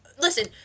listen